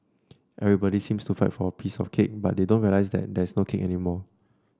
everybody seems to fight for a piece of the cake but they don't realise that there is no cake anymore